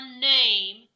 name